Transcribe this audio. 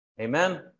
Amen